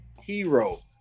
hero